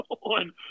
one